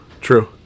true